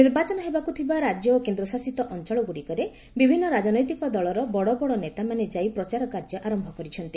ନିର୍ବାଚନ ହେବାକୁ ଥିବା ରାଜ୍ୟ ଓ କେନ୍ଦ୍ରଶାସିତ ଅଞ୍ଚଳଗୁଡ଼ିକରେ ବିଭିନ୍ନ ରାଜନୈତିକ ଦଳର ବଡ଼ ବଡ଼ ନେତାମାନେ ଯାଇ ପ୍ରଚାର କାର୍ଯ୍ୟ ଆରମ୍ଭ କରିଛନ୍ତି